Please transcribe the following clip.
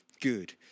good